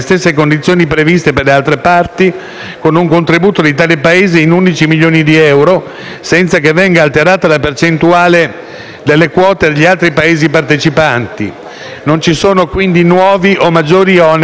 con un contributo di tale Paese in 11 milioni di euro, senza che venga alterata la percentuale delle quote degli altri Paesi partecipanti. Non ci sono quindi nuovi o maggiori oneri a carico del bilancio italiano.